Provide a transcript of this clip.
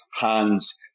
hands